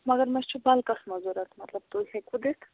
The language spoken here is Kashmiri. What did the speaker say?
مگر مےٚ چھِ بَلکَس منٛز ضوٚرتھ مطلب تُہۍ ہیٚکوٕ دِتھ